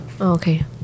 Okay